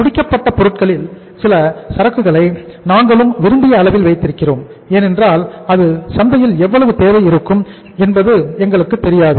முடிக்கப்பட்ட பொருட்களில் சில சரக்குகளை நாங்களும் விரும்பிய அளவில் வைத்திருக்கிறோம் ஏனென்றால் அது சந்தையில் எவ்வளவு தேவை இருக்கும் என்பது எங்களுக்கு தெரியாது